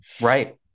right